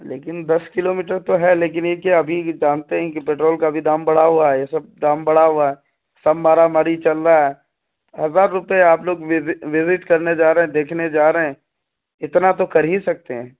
لیکن دس kilometre تو ہے لیکن یہ کہ ابھی جانتے ہیں کہ پیٹرول کا بھی دام بڑھا ہوا ہے یہ سب دام بڑھا ہوا ہے سب مارا ماری چل رہا ہے ہزار روپیہ آپ لوگ وزٹ وزٹ کرنے جا رہے ہیں دیکھنے جا رہے ہیں اتنا تو کر ہی سکتے ہیں